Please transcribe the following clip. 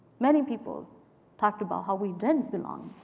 many people talked about how we didn't belong